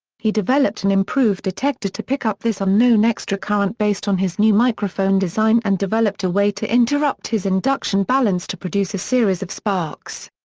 he developed an improved detector to pick up this unknown extra current based on his new microphone design and developed a way to interrupt his induction balance to produce a series of sparks.